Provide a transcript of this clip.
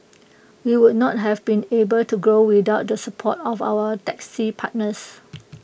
we would not have been able to grow without the support of our taxi partners